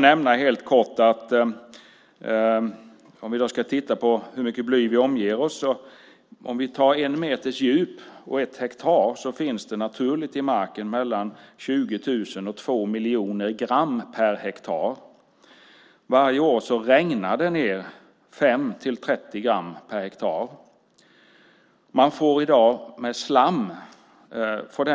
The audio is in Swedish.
När det gäller hur mycket bly vi omger oss med kan jag kort berätta att på en meters djup finns det naturligt i marken mellan 20 000 och 2 miljoner gram per hektar. Varje år regnar det ned 5-30 gram per hektar. I dag får slam